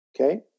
Okay